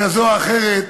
כזאת או אחרת,